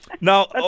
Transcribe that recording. Now